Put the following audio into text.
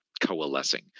coalescing